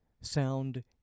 sound